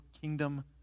kingdom